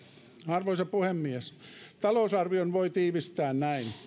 arvoisa puhemies talousarvion voi tiivistää näin